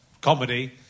comedy